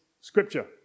scripture